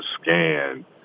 scan